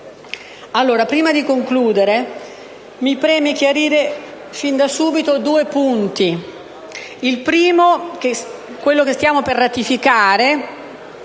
Prima di concludere, mi preme chiarire fin da subito due punti.